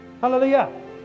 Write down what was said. Hallelujah